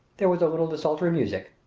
there was a little desultory music,